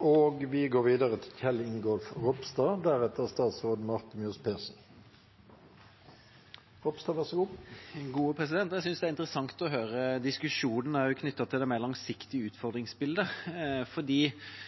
og det vi har alene. Representanten Rauand Ismail har tatt opp de forslagene han refererte til. Jeg synes det er interessant å høre diskusjonen også knyttet til det mer langsiktige utfordringsbildet.